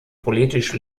politisch